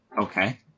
Okay